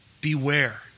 beware